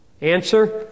Answer